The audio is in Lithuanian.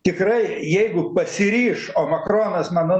tikrai jeigu pasiryš o makronas mano